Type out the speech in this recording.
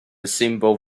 simple